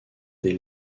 des